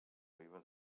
vives